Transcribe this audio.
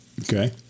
Okay